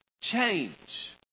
Change